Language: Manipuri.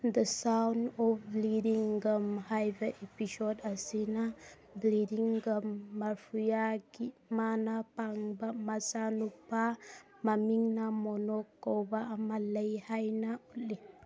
the sound of bleeding gum ꯍꯥꯏꯕ ꯏꯄꯤꯁꯣꯠ ꯑꯁꯤꯅ ꯕ꯭ꯂꯤꯗꯤꯡ ꯒꯝ ꯃꯔꯐꯤꯌꯥꯒꯤ ꯃꯅꯥ ꯄꯪꯕ ꯃꯆꯥꯅꯨꯄꯥ ꯃꯃꯤꯡꯅ ꯃꯣꯂꯣꯛ ꯀꯧꯕ ꯑꯃ ꯂꯩ ꯍꯥꯏꯅ ꯎꯠꯂꯤ